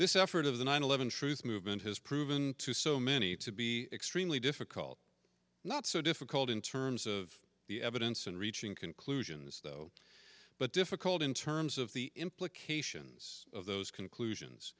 this effort of the nine eleven truth movement has proven to so many to be extremely difficult not so difficult in terms of the evidence and reaching conclusions though but difficult in terms of the implications of those conclusions